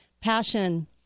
passion